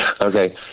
Okay